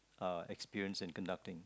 uh experience in conducting